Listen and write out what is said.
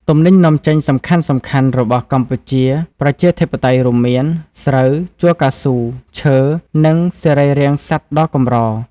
ទំនិញនាំចេញសំខាន់ៗ របស់កម្ពុជា ប្រជាធិបតេយ្យរួមមាន ស្រូវ ជ័រកៅស៊ូ ឈើ និងសរីររាង្គសត្វដ៏កម្រ ។